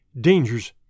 dangers